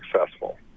successful